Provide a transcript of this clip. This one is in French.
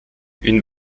une